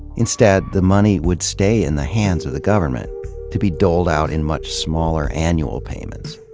instead, the money would stay in the hands of the government to be doled out in much smaller annual payments.